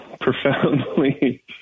profoundly